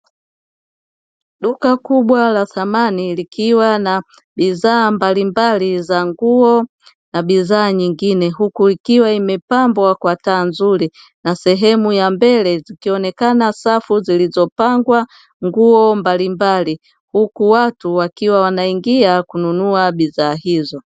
Duka kubwa la samani likiwa na bidhaa mbalimbali za nguo na bidhaa nyingine huku ikiwa imepambwa kwa taa nzuri na sehemu ya mbele zikionekana safu zilizopangwa nguo mbalimbali huku watu wakiwa wanaingia kununua bidhaa hizo.